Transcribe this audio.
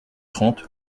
trente